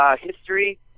History